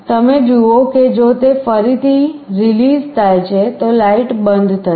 તમે જુઓ કે જો તે ફરીથી રિલીઝ થાય છે તો લાઈટ બંધ થશે